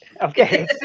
Okay